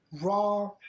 Raw